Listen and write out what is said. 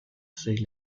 sea